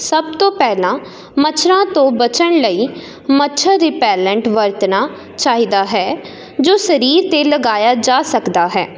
ਸਭ ਤੋਂ ਪਹਿਲਾਂ ਮੱਛਰਾਂ ਤੋਂ ਬਚਣ ਲਈ ਮੱਛਰ ਰੀਪੈਲੈਂਟ ਵਰਤਣਾ ਚਾਹੀਦਾ ਹੈ ਜੋ ਸਰੀਰ 'ਤੇ ਲਗਾਇਆ ਜਾ ਸਕਦਾ ਹੈ